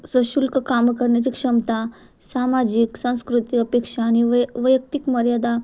सशुल्क कामं करण्याची क्षमता सामाजिक सांस्कृतिक अपेक्षा आणि वै वैयक्तिक मर्यादा